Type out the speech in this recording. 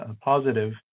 positive